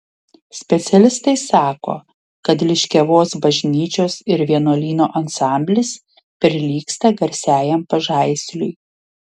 specialistai sako kad liškiavos bažnyčios ir vienuolyno ansamblis prilygsta garsiajam pažaisliui